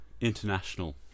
international